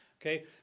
Okay